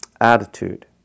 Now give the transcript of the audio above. attitude